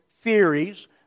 theories